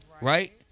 Right